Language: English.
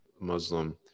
Muslim